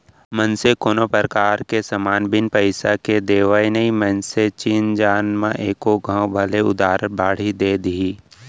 मनसे कोनो परकार के समान बिन पइसा के देवय नई मनसे चिन जान म एको घौं भले उधार बाड़ी दे दिही